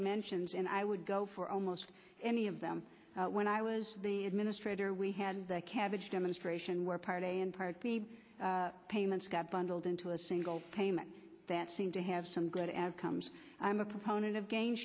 dimensions and i would go for almost any of them when i was the administrator we had the cabbage demonstration where part and part b payments got bundled into a single payment that seem to have some good as comes i'm a proponent of gain